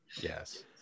Yes